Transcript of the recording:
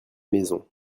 maisons